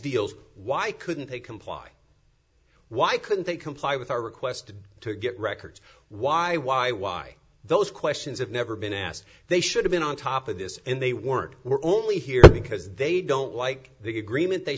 deals why couldn't they comply why couldn't they comply with our request to get records why why why those questions have never been asked they should have been on top of this and they weren't we're only here because they don't like the agreement they